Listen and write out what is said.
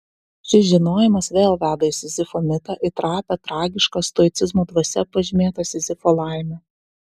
šis žinojimas vėl veda į sizifo mitą į trapią tragišką stoicizmo dvasia pažymėtą sizifo laimę